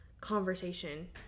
conversation